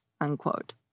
Unquote